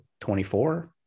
24